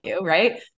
right